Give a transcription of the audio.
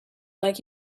like